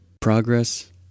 Progress